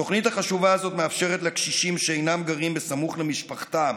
התוכנית החשובה הזאת מאפשרת לקשישים שאינם גרים סמוך למשפחתם